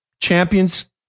champions